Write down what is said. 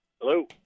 Hello